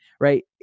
right